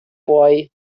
puoi